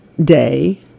Day